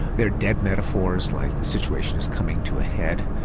there are dead metaphors, like the situation is coming to a head.